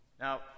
Now